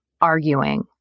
arguing